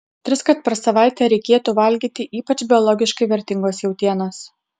triskart per savaitę reikėtų valgyti ypač biologiškai vertingos jautienos